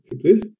please